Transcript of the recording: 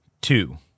two